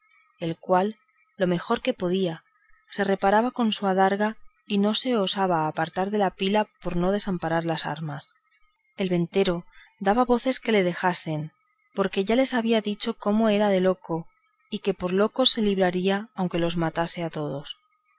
el cual lo mejor que podía se reparaba con su adarga y no se osaba apartar de la pila por no desamparar las armas el ventero daba voces que le dejasen porque ya les había dicho como era loco y que por loco se libraría aunque los matase a todos